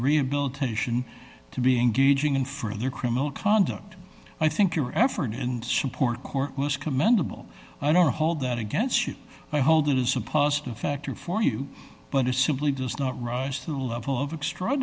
rehabilitation to be engaging in for the criminal conduct i think your effort in support court was commendable i don't hold that against you i hold it as a positive factor for you but it simply does not rise to the level of extra